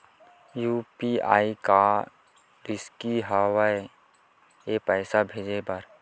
UPI का रिसकी हंव ए पईसा भेजे बर?